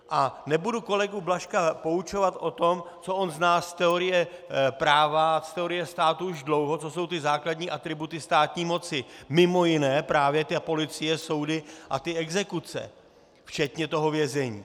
A nebudu kolegu Blažka poučovat o tom, co on zná z teorie práva a z teorie státu už dlouho, to jsou ty základní atributy státní moci, mimo jiné právě ta policie, soudy a ty exekuce, včetně toho vězení.